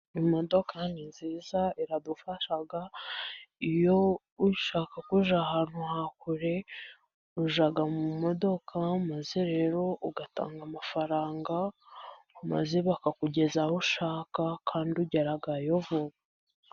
Imodokadoka ni nziza ziradufasha; iyo ushaka kujya ahantu ha kure ujya mu modoka maze rero ugatanga amafaranga, maze bakakugeza aho ushaka kandi ugerayo vuba.